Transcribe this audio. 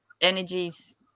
energies